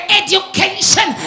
education